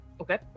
Okay